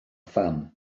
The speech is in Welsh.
pham